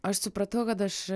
aš supratau kad aš